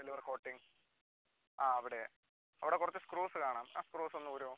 silver coating ആ അവിടെ അവിടെ കുറച്ച് സ്ക്രൂസ് കാണാം ആ സ്ക്രൂസ് ഒന്ന് ഊരുമോ